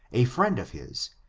a friend of his,